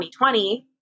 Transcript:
2020